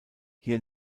hier